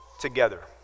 together